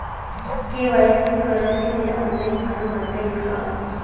KYC करासाठी मले online form भरता येईन का?